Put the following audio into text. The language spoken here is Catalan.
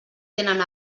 tenen